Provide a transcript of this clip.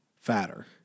fatter